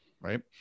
Right